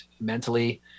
mentally